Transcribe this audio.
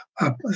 up